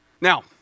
Now